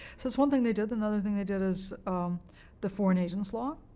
so that's one thing they did. another thing they did is the foreign agents law,